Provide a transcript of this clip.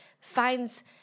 finds